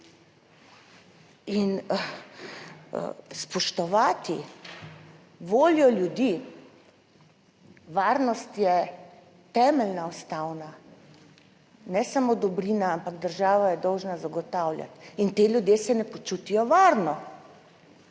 In spoštovati voljo ljudi, varnost je temeljna ustavna ne samo dobrina, ampak država je dolžna zagotavljati in ti ljudje se ne počutijo varno